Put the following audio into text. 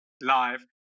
live